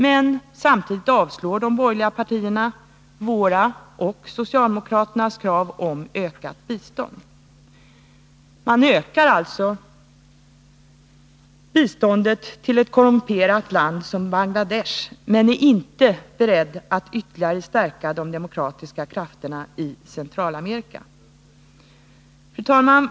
Men samtidigt avstyrker de borgerliga partierna våra och socialdemokraternas krav på ökat bistånd. Man ökar biståndet till ett korrumperat land som Bangladesh, men är inte beredd att ytterligare stärka de demokratiska krafterna i Centralamerika. Fru talman!